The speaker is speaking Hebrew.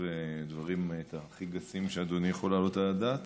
ודברים הכי גסים שאדוני יכול להעלות על הדעת?